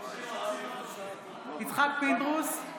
יצחק פינדרוס,